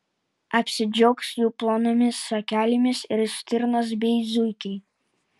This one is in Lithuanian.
apsidžiaugs jų plonomis šakelėmis ir stirnos bei zuikiai